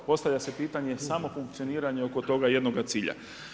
Postavlja se pitanje samo funkcioniranje oko toga jednoga cilja.